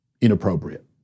inappropriate